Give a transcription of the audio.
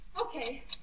Okay